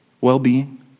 well-being